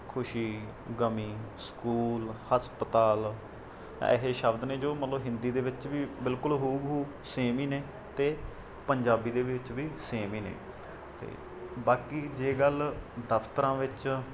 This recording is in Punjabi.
ਖੁਸ਼ੀ ਗਮੀ ਸਕੂਲ ਹਸਪਤਾਲ ਐਸੇ ਸ਼ਬਦ ਨੇ ਜੋ ਮਤਲਬ ਹਿੰਦੀ ਦੇ ਵਿੱਚ ਵੀ ਬਿਲਕੁਲ ਹੂ ਬ ਹੂ ਸੇਮ ਹੀ ਨੇ ਅਤੇ ਪੰਜਾਬੀ ਦੇ ਵਿੱਚ ਵੀ ਸੇਮ ਹੀ ਨੇ ਅਤੇ ਬਾਕੀ ਜੇ ਗੱਲ ਦਫ਼ਤਰਾਂ ਵਿੱਚ